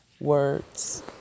words